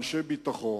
אנשי ביטחון,